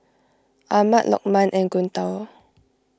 Ahmad Lokman and Guntur